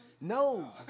No